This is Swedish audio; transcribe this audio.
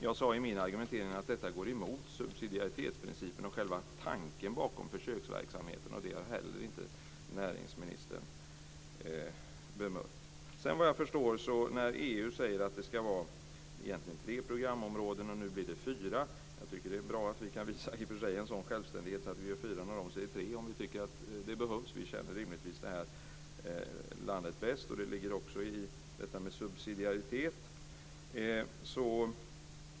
Jag sade i min argumentering att det går emot subsidiaritetsprincipen och själva tanken bakom försöksverksamheten. Inte heller det har näringsministern bemött. EU säger att det ska vara tre programområden men det blir nu fyra. Det är i och för sig bra att vi visar en sådan självständighet att det blir fyra - om vi tycker att det behövs - när de säger tre. Vi känner rimligtvis landet bäst, och det ligger i begreppet subsidiaritet.